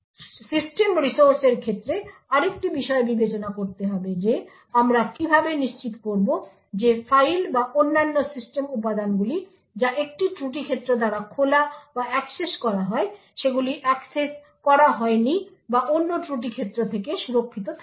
সুতরাং সিস্টেম রিসোর্সের ক্ষেত্রে আরেকটি বিষয় বিবেচনা করতে হবে যে আমরা কীভাবে নিশ্চিত করব যে ফাইল বা অন্যান্য সিস্টেম উপাদানগুলি যা একটি ত্রুটি ক্ষেত্র দ্বারা খোলা বা অ্যাক্সেস করা হয় সেগুলি অ্যাক্সেস করা হয়নি বা অন্য ত্রুটি ক্ষেত্র থেকে সুরক্ষিত থাকে